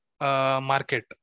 market